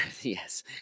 yes